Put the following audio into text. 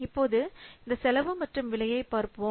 இப்போது இந்த செலவு மற்றும் விலையை பார்ப்போம்